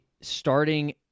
starting